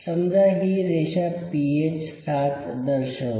समजा ही रेषा पीएच ७ दर्शवते